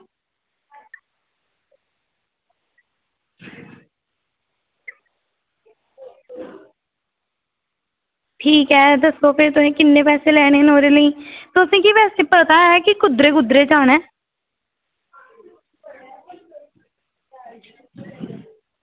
ठीक ऐ दस्सो भी तुसें किन्ने पैसे लैने ओह्दे ताहीं ते मिगी बैसे पता ऐ कुद्धरै कुद्धरै जाना ऐ